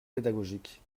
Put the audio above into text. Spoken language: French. pédagogique